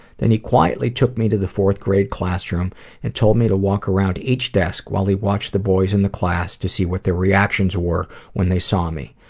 then he quietly took me to the four thgrade classroom and told me to walk around to each desk while he watched the boys in the class to see what their reactions were when they saw me.